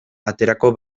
aterako